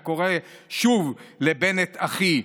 הקורא שוב לבנט "אחי".